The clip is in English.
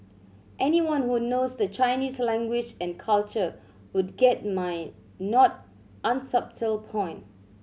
anyone who knows the Chinese language and culture would get my not unsubtle point